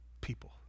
people